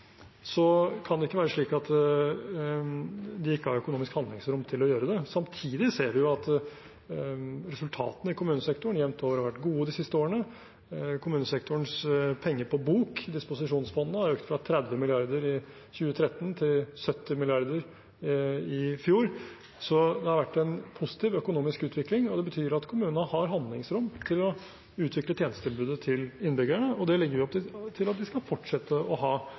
kan det ikke være slik at de ikke har økonomisk handlingsrom til å gjøre det. Samtidig ser vi at resultatene i kommunesektoren jevnt over har vært gode de siste årene. Kommunesektorens penger på bok, disposisjonsfondene, har økt fra 30 mrd. kr i 2013 til 70 mrd. kr i fjor. Så det har vært en positiv økonomisk utvikling. Det betyr at kommunene har handlingsrom til å utvikle tjenestetilbudet til innbyggerne, og det legger vi opp til at de skal fortsette å ha